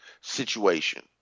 situation